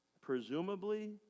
presumably